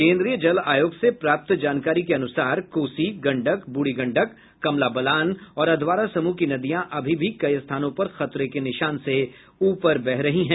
केन्द्रीय जल आयोग से प्राप्त जानकारी के अनुसार कोसी गंडक ब्रुढ़ी गंडक कमला बलान और अधवारा समूह की नदियां अभी भी कई स्थानों पर खतरे के निशान से ऊपर बह रही हैं